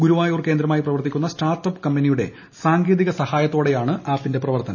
ഗുരുവായൂർ കേന്ദ്രമായി പ്രവർത്തിക്കുന്ന സ്റ്റാർട്ടപ്പ് കമ്പനിയുടെ സാങ്കേതിക സഹായത്തോടെയാണ് ആപ്പ് പ്രവർത്തനം